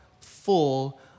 full